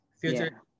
future